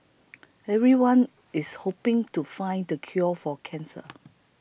everyone is hoping to find the cure for cancer